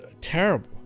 terrible